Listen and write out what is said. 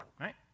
right